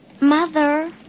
Mother